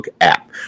app